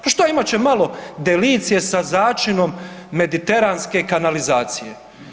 Pa što imat će malo delicije sa začinom mediteranske kanalizacije.